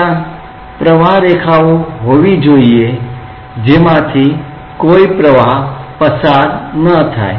ત્યાં પ્રવાહરેખાઓ હોવી જોઈએ જેમાંથી કોઈ પ્રવાહ પસાર ન થાય